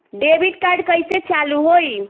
Debit card कइसे चालू होई?